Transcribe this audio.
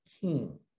king